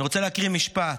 אני רוצה להקריא משפט: